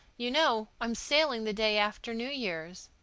you know, i'm sailing the day after new year's.